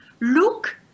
look